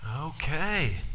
Okay